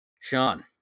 Sean